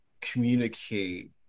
communicate